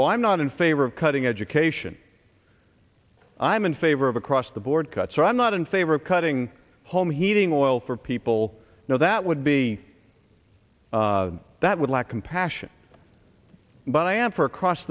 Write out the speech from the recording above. oh i'm not in favor of cutting education i'm in favor of across the board cuts so i'm not in favor of cutting home heating oil for people now that would be that would like compassion but i am for across